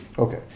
Okay